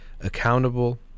accountable